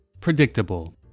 predictable